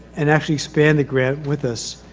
and actually span the grant with us.